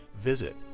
visit